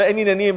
אין זה ענייני,